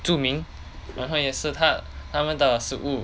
著名然后也是它它们的食物